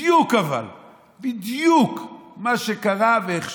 בדיוק, אבל בדיוק, מה שקרה ואיך שקרה,